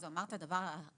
אז הוא אמר את הדבר ההפוך: